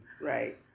right